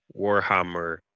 Warhammer